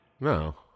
No